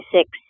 six